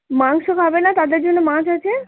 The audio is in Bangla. মাংস খাবে না তাদের জন্য মাছ আছে